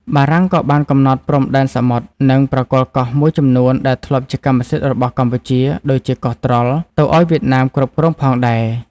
បារាំងក៏បានកំណត់ព្រំដែនសមុទ្រ និងប្រគល់កោះមួយចំនួនដែលធ្លាប់ជាកម្មសិទ្ធិរបស់កម្ពុជា (ដូចជាកោះត្រល់) ទៅឱ្យវៀតណាមគ្រប់គ្រងផងដែរ។